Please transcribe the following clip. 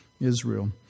Israel